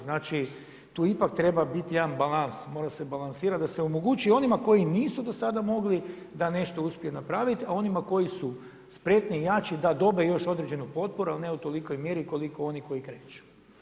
Znači tu ipak treba biti jedan balans, mora se balansirati da se omogući onima koji nisu do sada mogli da nešto uspiju napraviti a onima koji su spretniji, jači, da dobe još određenu potporu ali ne u tolikoj mjeri koliko oni koji kreću.